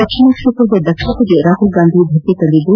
ರಕ್ಷಣಾ ಕ್ಷೇತ್ರದ ದಕ್ಷತೆಗೆ ರಾಹುಲ್ಗಾಂಧಿ ಧಕ್ಷೆ ತಂದಿದ್ದು